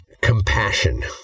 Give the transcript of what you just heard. Compassion